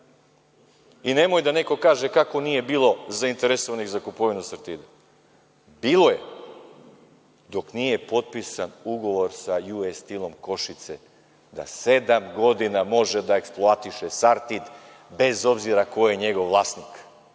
I nemoj da neko kaže kako nije bilo zaiteresovanih za kupovinu „Sartida“. Bilo je, dok nije potpisan ugovor sa US Steel-om Košice, da sedam godina može da eksploatiše „Sartid“, bez obzira ko je njegov vlasnik.